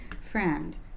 friend